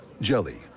jelly